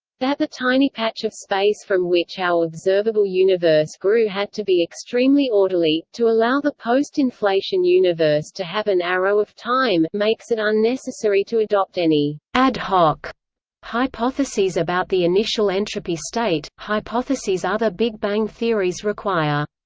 that the tiny patch of space from which our observable universe grew had to be extremely orderly, to allow the post-inflation universe to have an arrow of time, makes it unnecessary to adopt any ad hoc hypotheses about the initial entropy state, hypotheses other big bang theories require.